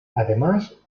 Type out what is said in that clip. además